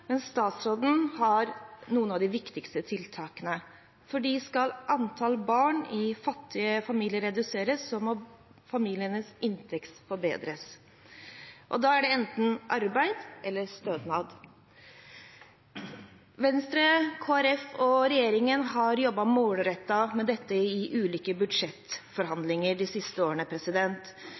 men statsråd Hauglie har noen av de viktigste tiltakene. For skal antall barn i fattige familier reduseres, må familienes inntekt forbedres, og da er det enten arbeid eller stønad. Venstre, Kristelig Folkeparti og regjeringen har jobbet målrettet med dette i ulike budsjettforhandlinger de siste årene.